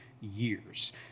years